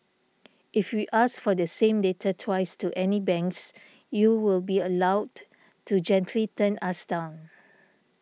if we ask for the same data twice to any banks you will be allowed to gently turn us down